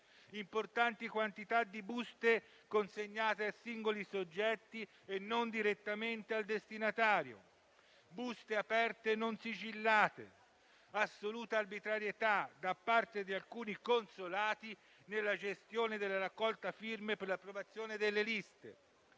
importanti quantità di buste consegnate a singoli soggetti e non direttamente al destinatario; buste aperte non sigillate; assoluta arbitrarietà da parte di alcuni consolati nella gestione della raccolta firme per l'approvazione delle liste.